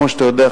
כמו שאתה יודע,